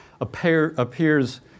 appears